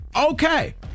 okay